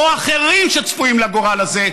או אחרים שצפויים לגורל הזה,